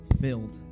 filled